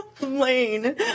lane